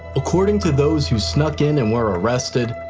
according to those who snuck in and were arrested,